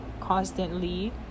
constantly